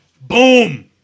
Boom